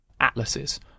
atlases